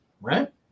right